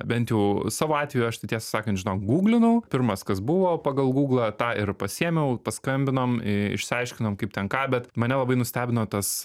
bent jau savo atveju aš tai tiesą sakant žinok gūglinau pirmas kas buvo pagal gūglą tą ir pasiėmiau paskambinom išsiaiškinom kaip ten ką bet mane labai nustebino tas